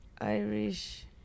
Irish